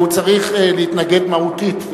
שהוא צריך להתנגד מהותית,